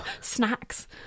Snacks